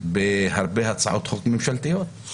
בהרבה הצעות חוק ממשלתיות.